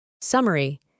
Summary